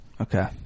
Okay